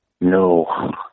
no